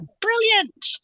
brilliant